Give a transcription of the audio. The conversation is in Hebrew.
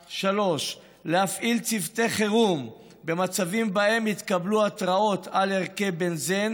3. להפעיל צוותי חירום במצבים שבהם התקבלו התראות על ערכי בנזן